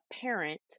parent